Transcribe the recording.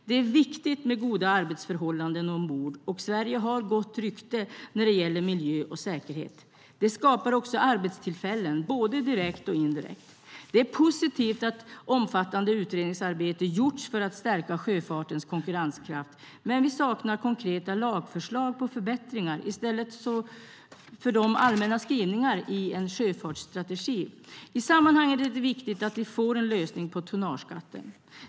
Det är viktigt med goda arbetsförhållanden ombord, och Sverige har gott rykte när det gäller miljö och säkerhet. Det skapar också arbetstillfällen både direkt och indirekt. Det är positivt att omfattande utredningsarbete gjorts för att stärka sjöfartens konkurrenskraft, men vi saknar konkreta lagförslag på förbättringar. I stället finns det allmänna skrivningar i en sjöfartsstrategi. I sammanhanget är det viktigt att vi får en lösning angående tonnageskatten.